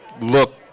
look